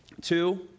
Two